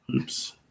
Oops